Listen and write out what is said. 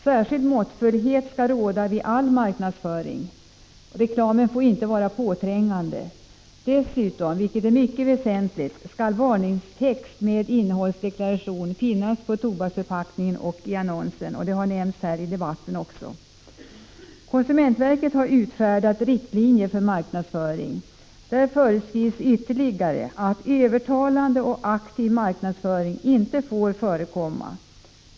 Särskild måttfullhet skall råda vid all marknadsföring och reklamen får inte vara påträngande. Dessutom, vilket är mycket väsentligt, skall varningstext med innehållsdeklaration finnas på tobaksförpackningen och i annonsen — detta har också nämnts här i debatten. Konsumentverket har utfärdat riktlinjer för marknadsföring. Där föreskrivs ytterligare att övertalande och aktiv marknadsföring inte får förekomma.